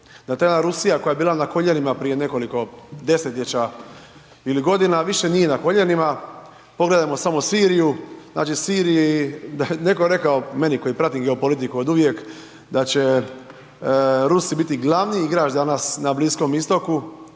ta jedna Rusija koja je bila na koljenima prije nekoliko desetljeća ili godina, više nije na koljenima. Pogledajmo samo Siriju, znači, Siriji, da je netko rekao meni koji pratim geopolitiku od uvijek, da će Rusi biti glavni igrač danas na Bliskom Istoku,